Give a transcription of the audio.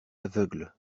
aveugle